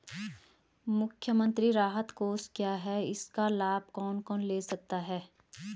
मुख्यमंत्री राहत कोष क्या है इसका लाभ कौन कौन ले सकता है?